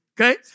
Okay